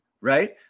right